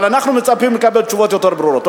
אבל אנחנו מצפים לקבל תשובות יותר ברורות.